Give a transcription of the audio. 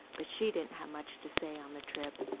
but she didn't have much to say on the trip.